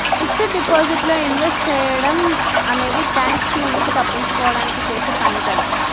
fixed deposit లో invest సేయడం అనేది ట్యాక్స్ నుంచి తప్పించుకోడానికి చేసే పనే కదా